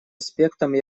аспектом